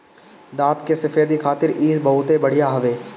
दांत के सफेदी खातिर इ बहुते बढ़िया हवे